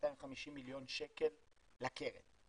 250 מיליון שקל לקרן.